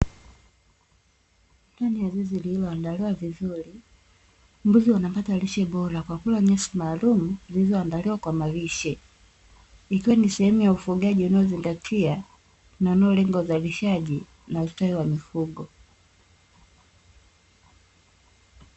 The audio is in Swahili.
Ndani ya zizi lililoandaliwa vizuri, mbuzi wanapata lishe bora kwa kula nyasi maalumu zilizoandaliwa kwa malishe, ikiwa ni sehemu ya ufugaji unaozingatia lengo la uzalishaji na ustawi wa mifugo.